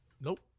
Nope